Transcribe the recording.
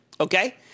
okay